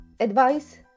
advice